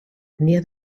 near